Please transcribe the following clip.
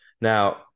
Now